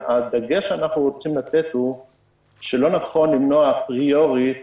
הדגש שאנחנו רוצים לתת הוא שלא נכון למנוע אפריורית